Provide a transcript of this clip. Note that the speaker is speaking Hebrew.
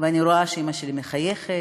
ואני רואה שאימא שלי מחייכת,